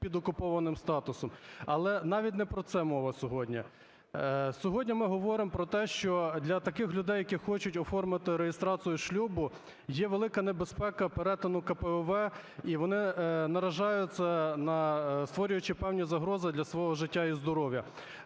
під окупованим статусом. Але навіть не про це мова сьогодні. Сьогодні ми говоримо про те, що для таких людей, які хочуть оформити реєстрацію шлюбу, є велика небезпека перетину КПВВ і вони наражаються на… створюючи певні загрози для свого життя і здоров'я.